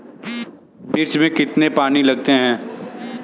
मिर्च में कितने पानी लगते हैं?